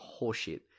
horseshit